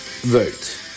vote